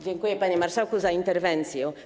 Dziękuję, panie marszałku, za interwencję.